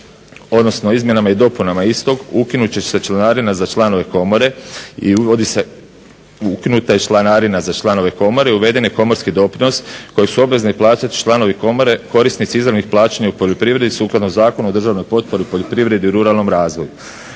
članove Komore i uvodi se, ukinuta je članarina za članove Komore i uveden je komorski doprinos kojeg su obvezne plaćati članovi Komore, korisnici izravnih plaćanja u poljoprivredi, sukladno Zakonu o državnoj potpori u poljoprivredi i ruralnom razvoju.